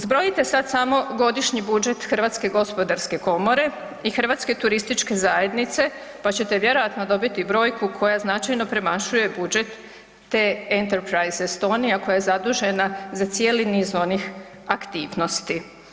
Zbrojite sad samo godišnji budžet Hrvatske gospodarske komore i Hrvatske turističke zajednice pa ćete vjerojatno dobiti brojku koja značajno premašuje budžet te Enterprise Estonia koja je zadužena za cijeli niz onih aktivnosti.